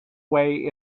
way